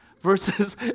versus